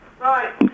Right